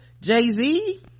Jay-Z